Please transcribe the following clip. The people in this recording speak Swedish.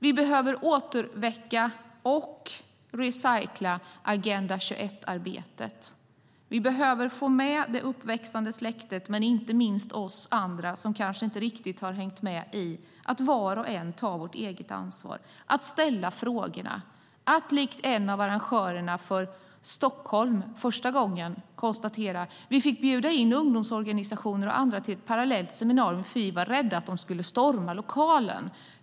Vi behöver återuppväcka och recycla Agenda 21-arbetet. Vi behöver få med det uppväxande släktet och inte minst oss andra som kanske inte riktigt har hängt med på att var och en tar sitt eget ansvar. Vi måste ställa frågorna. En av arrangörerna i Stockholm konstaterade att de fick bjuda in ungdomsorganisationer och andra till ett parallellt seminarium eftersom de var rädda att de skulle storma lokalen.